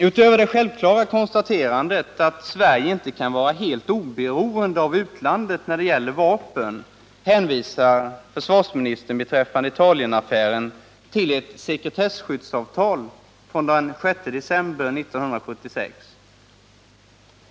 Utöver det självklara konstaterandet, att Sverige inte kan vara helt oberoende av utlandet när det gäller vapen, hänvisar försvarsministern beträffande Italienaffären till ett sekretesskyddsavtal från den 6 september 1976.